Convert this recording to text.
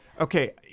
Okay